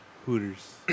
Hooters